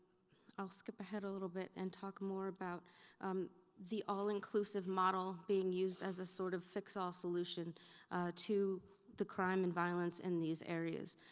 i'll skip ahead a little bit and talk more about the all-inclusive model being used as a sort of fix-all solution to the crime and violence in these areas.